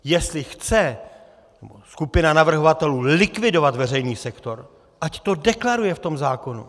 Jestli chce skupina navrhovatelů likvidovat veřejný sektor, ať to deklaruje v tom zákoně.